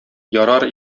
ярар